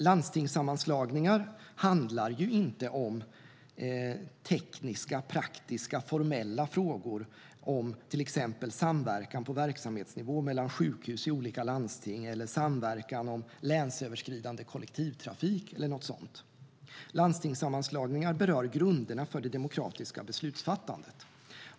Landstingssammanslagningar handlar ju inte om tekniska, praktiska och formella frågor om till exempel samverkan på verksamhetsnivå mellan sjukhus i olika landsting eller samverkan om länsöverskridande kollektivtrafik eller något sådant. Landstingssammanslagningar berör grunderna för det demokratiska beslutsfattandet.